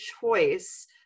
choice